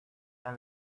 and